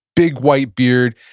big white beard.